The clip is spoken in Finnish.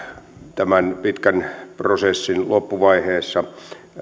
tämän pitkän prosessin loppuvaiheessa